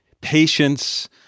patience